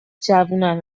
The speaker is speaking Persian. جوونن